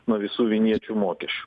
nuo visų vinječių mokesčių